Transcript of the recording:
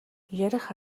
ярих